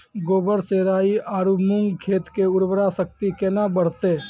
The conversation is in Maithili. गोबर से राई आरु मूंग खेत के उर्वरा शक्ति केना बढते?